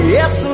Yes